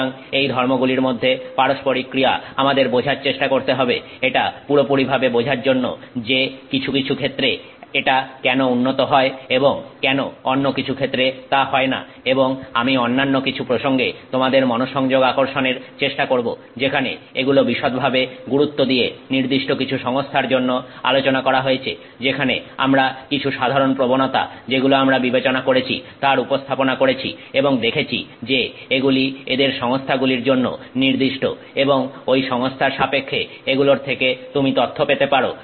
সুতরাং এই ধর্মগুলির মধ্যে পারস্পরিক ক্রিয়া আমাদের বোঝার চেষ্টা করতে হবে এটা পুরোপুরি ভাবে বোঝার জন্যে যে কিছু কিছু ক্ষেত্রে এটা কেন উন্নত হয় এবং কেন অন্য কিছু ক্ষেত্রে তা হয় না এবং আমি অন্যান্য কিছু প্রসঙ্গে তোমাদের মনসংযোগ আকর্ষণের চেষ্টা করব যেখানে এগুলো বিশদভাবে গুরুত্ব দিয়ে নির্দিষ্ট কিছু সংস্থার জন্য আলোচনা করা হয়েছে যেখানে আমরা কিছু সাধারন প্রবণতা যেগুলো আমরা বিবেচনা করেছি তার উপস্থাপন করেছি এবং দেখেছি যে এগুলি এদের সংস্থাগুলির জন্য নির্দিষ্ট এবং ঐ সংস্থার সাপেক্ষে এগুলোর থেকে তুমি তথ্য পেতে পারো